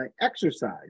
exercise